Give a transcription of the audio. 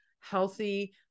healthy